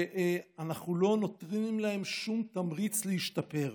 ואנחנו לא נותנים להם שום תמריץ להשתפר.